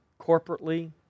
corporately